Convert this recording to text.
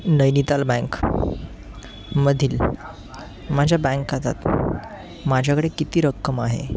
Nainital bank मधील माझ्या bank खात्यात माझ्याकडे किती रक्कम आहे